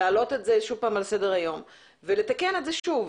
להעלות את זה שוב פעם על סדר היום ולתקן את זה שוב.